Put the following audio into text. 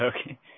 Okay